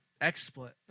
XSplit